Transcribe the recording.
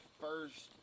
first